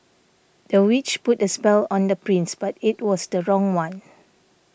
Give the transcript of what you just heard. the witch put a spell on the prince but it was the wrong one